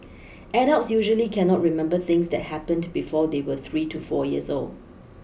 adults usually cannot remember things that happened before they were three to four years old